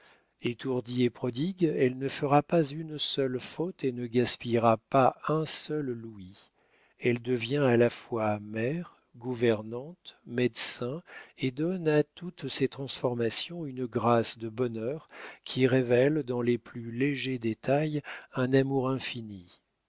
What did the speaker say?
étourdie et prodigue elle ne fera pas une seule faute et ne gaspillera pas un seul louis elle devient à la fois mère gouvernante médecin et donne à toutes ses transformations une grâce de bonheur qui révèle dans les plus légers détails un amour infini